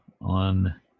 on